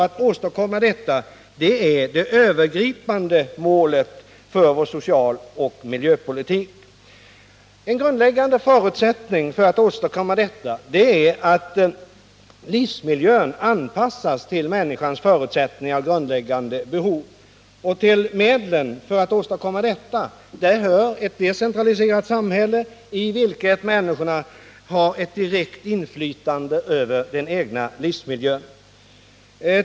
Att åstadkomma detta är det övergripande målet för vår socialoch miljöpolitik. En grundläggande förutsättning för att åstadkomma detta är att livsmiljön anpassas till människans förutsättningar och grundläggande behov. Till medlen att åstadkomma detta hör ett decentraliserat samhälle, i vilket människorna har ett direkt inflytande över den egna livsmiljön.